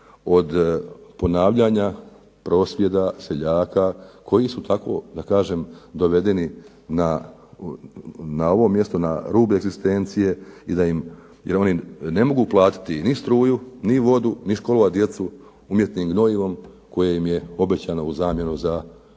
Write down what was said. od ponavljanja prosvjeda seljaka koji su tako, da kažem, dovedeni na ovo mjesto, na rub egzistencije i da im, jer oni ne mogu platiti ni struju, ni vodu, ni školovati djecu umjetnim gnojivom koje im je obećano u zamjenu za, ili naknadu